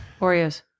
Oreos